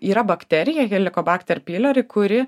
yra bakterija helikobakter pyliori kuri